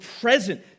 present